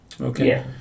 Okay